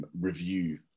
review